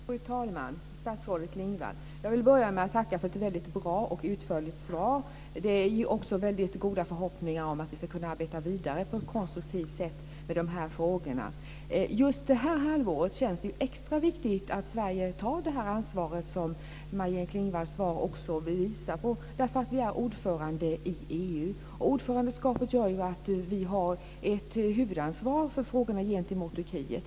Fru talman, statsrådet Klingvall! Jag vill börja med att tacka för ett väldigt bra och utförligt svar. Det ger goda förhoppningar om att vi ska kunna arbeta vidare med de här frågorna på ett konstruktivt sätt. Just det här halvåret känns det extra viktigt att Sverige tar det ansvar som Maj-Inger Klingvalls svar vill visa på, därför att vi är ordförande i EU. Ordförandeskapet gör ju att vi har ett huvudansvar för frågorna gentemot Turkiet.